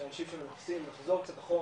שאנשים שמנסים לחזור קצת אחורה,